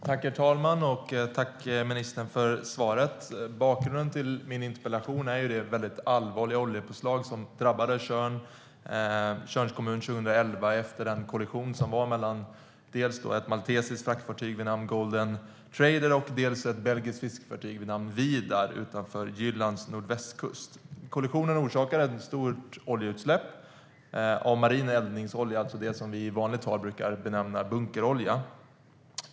Herr talman! Tack, ministern för svaret! Bakgrunden till min interpellation är det allvarliga oljepåslag som drabbade Tjörns kommun 2011 efter kollisionen mellan ett maltesiskt fraktfartyg vid namn Golden Trader och ett belgiskt fiskefartyg vid namn Vidar utanför Jyllands nordvästkust. Kollisionen orsakade ett stort oljeutsläpp av marin eldningsolja, alltså det som vi i vanligt tal brukar benämna bunkerolja.